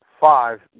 Five